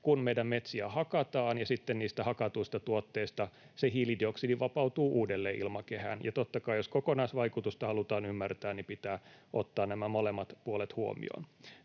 kun meidän metsiä hakataan ja sitten niistä hakatuista tuotteista se hiilidioksidi vapautuu uudelleen ilmakehään. Totta kai, jos kokonaisvaikutusta halutaan ymmärtää, pitää ottaa nämä molemmat puolet huomioon.